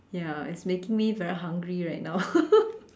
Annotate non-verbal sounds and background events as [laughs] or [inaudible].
ya it's making me very hungry right now [laughs]